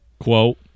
Quote